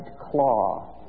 claw